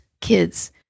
kids